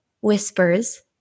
whispers